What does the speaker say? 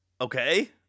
Okay